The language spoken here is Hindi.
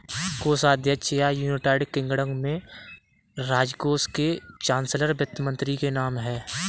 कोषाध्यक्ष या, यूनाइटेड किंगडम में, राजकोष के चांसलर वित्त मंत्री के नाम है